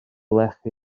lechi